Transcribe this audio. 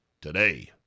today